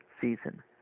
season